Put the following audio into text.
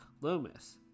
loomis